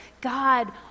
God